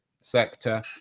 sector